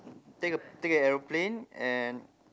take a take aeroplane and